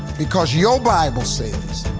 because your bible says,